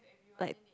like